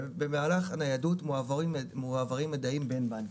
במהלך הניידות מועברים מיידעים בין בנקים,